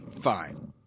Fine